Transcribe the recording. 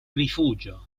rifugio